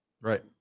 Right